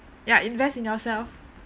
ya invest in yourself